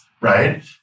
right